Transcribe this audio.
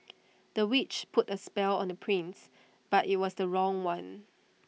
the witch put A spell on the prince but IT was the wrong one